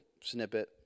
snippet